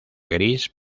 gris